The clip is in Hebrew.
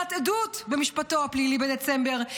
לקראת עדות במשפטו הפלילי בדצמבר,